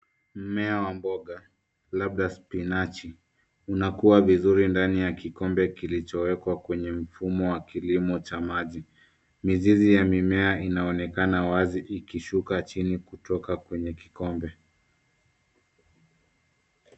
Mmea wa mboga labda spinachi, unakua vizuri ndani ya kikombe kilichowekwa kwenye mfumo wa kilimo cha maji. Mizizi ya mimea inaonekana wazi ikishuka chini kutoka kwenye kikombe.